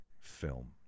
film